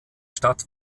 stadt